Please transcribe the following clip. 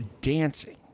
dancing